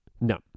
no